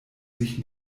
sich